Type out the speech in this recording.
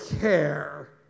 care